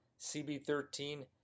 CB13